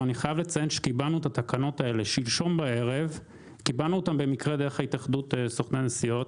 אבל את התקנות קיבלנו שלשום בערב דרך התאחדות סוכני הנסיעות,